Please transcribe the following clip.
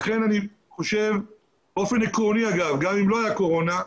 לכן אני חושב באופן עקרוני, גם אם לא היה קורונה,